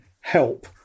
help